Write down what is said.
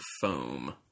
foam